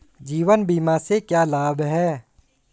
जीवन बीमा से क्या लाभ हैं?